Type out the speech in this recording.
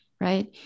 right